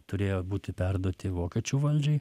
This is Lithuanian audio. turėjo būti perduoti vokiečių valdžiai